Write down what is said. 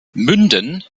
münden